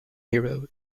hero